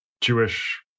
Jewish